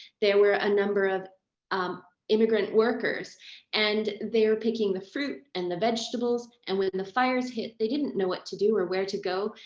there were a number of um immigrant workers and they were picking the fruit and the vegetables. and when the fires hit, they didn't know what to do or where to go.